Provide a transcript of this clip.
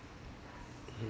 K